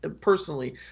personally